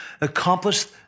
accomplished